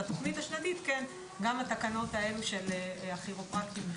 בתוכנית השנתית גם התקנות האלו של הכירופרקטים נכנסות.